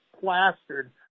plastered